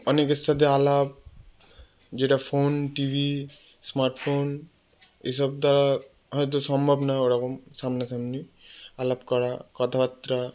অনেকের সাথে আলাপ যেটা ফোন টিভি স্মার্টফোন ন এসব দ্বারা হয়তো সম্ভব না ওরকম সামনা সামনি আলাপ করা কথাবার্তা